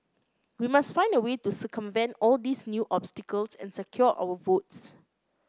we must find a way to circumvent all these new obstacles and secure our votes